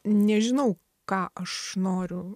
nežinau ką aš noriu